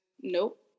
nope